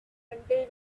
until